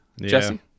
Jesse